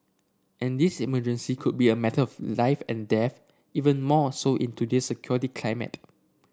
and this emergency could be a matter of life and death even more so in today's security climate